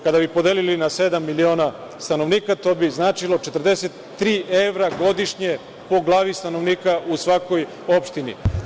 Kada bi podelili na sedam miliona stanovnika, to bi značilo 43 evra godišnje po glavi stanovnika u svakoj opštini.